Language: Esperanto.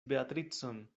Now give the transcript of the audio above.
beatricon